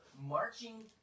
marching